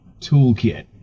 Toolkit